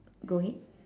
go ahead